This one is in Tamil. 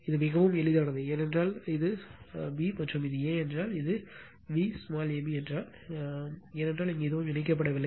இது மிகவும் எளிதானது ஏனென்றால் இது b மற்றும் இது a என்றால் இது Vab என்றால் ஏனென்றால் இங்கு எதுவும் இணைக்கப்படவில்லை